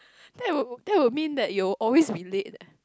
that will that will mean that you always be late eh